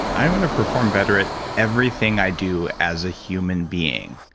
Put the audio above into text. i'm going to perform better at everything i do as a human being.